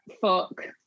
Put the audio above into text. fuck